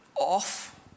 off